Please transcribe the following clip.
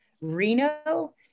Reno